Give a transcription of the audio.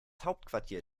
hauptquartier